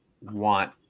want